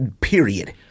Period